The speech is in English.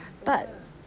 but